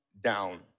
Down